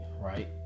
Right